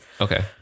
Okay